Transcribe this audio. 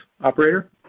Operator